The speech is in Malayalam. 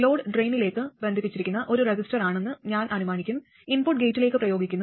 ലോഡ് ഡ്രെയിനിലേക്ക് ബന്ധിപ്പിച്ചിരിക്കുന്ന ഒരു റെസിസ്റ്ററാണെന്ന് ഞാൻ അനുമാനിക്കും ഇൻപുട്ട് ഗേറ്റിലേക്ക് പ്രയോഗിക്കുന്നു